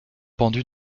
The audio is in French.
pendu